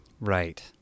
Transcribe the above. Right